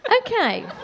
Okay